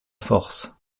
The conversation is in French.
force